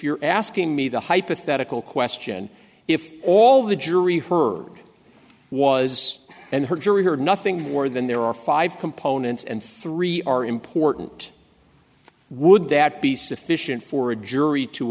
you're asking me the hypothetical question if all the jury heard was and her jury heard nothing more than there are five components and three are important would that be sufficient for a jury to